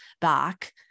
back